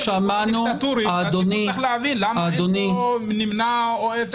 הציבור צריך להבין למה אין מתנגדים ונמנעים.